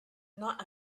not